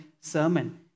sermon